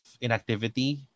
inactivity